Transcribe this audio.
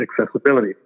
accessibility